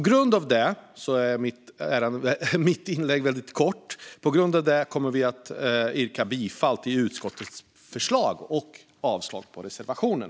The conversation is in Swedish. Därför är mitt inlägg väldigt kort, och därför yrkar vi bifall till utskottets förslag och avslag på reservationen.